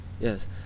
Yes